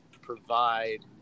provide